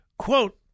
Quote